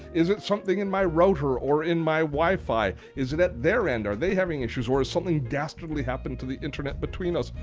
is it something in my router or in my wi-fi? is it at their end? are they having issues or has something dastardly happened to the internet between us?